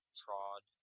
trod